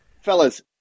Fellas